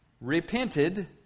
repented